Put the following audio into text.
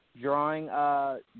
drawing